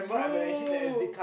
bro